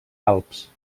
alps